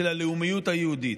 של הלאומיות היהודית,